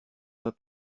pas